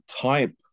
type